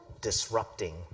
disrupting